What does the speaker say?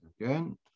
again